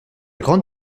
grande